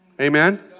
Amen